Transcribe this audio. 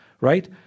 Right